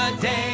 ah day